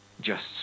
Just